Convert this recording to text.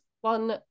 one